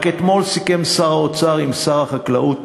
רק אתמול סיכם שר האוצר עם שר החקלאות